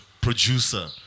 producer